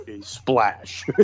splash